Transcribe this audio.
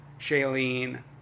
Shailene